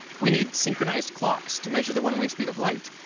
we need synchronized clocks to measure the one-way speed of light,